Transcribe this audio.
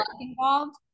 involved